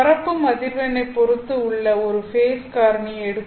பரப்பும் அதிர்வெண்ணை பொறுத்து உள்ள ஒரு ஃபேஸ் காரணியை எடுக்கும்